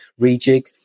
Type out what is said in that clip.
rejig